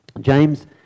James